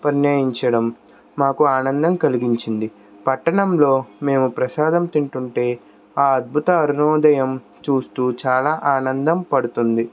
యించడం మాకు ఆనందం కలిగించింది పట్టణంలో మేము ప్రసాదం తింటుంటే ఆ అద్భుత అరుణోదయం చూస్తూ చాల ఆనందం పడుతుంది